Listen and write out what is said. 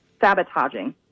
sabotaging